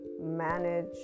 manage